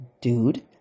dude